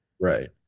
Right